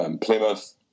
Plymouth